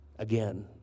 Again